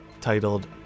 titled